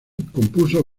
compuso